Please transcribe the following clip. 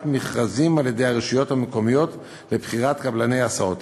מכרזים על-ידי הרשויות המקומיות לבחירת קבלני הסעות.